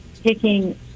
taking